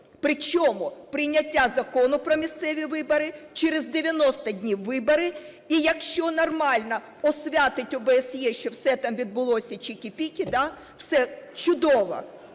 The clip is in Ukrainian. При чому прийняття Закону про місцеві вибори, через 90 днів вибори, і якщо нормально освятить ОБСЄ, що все там відбулося "чікі-пікі", да, все, чудово